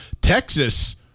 Texas